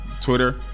Twitter